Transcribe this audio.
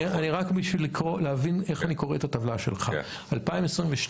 רק כדי להבין איך אני קורא את הטבלה שלך: 2022,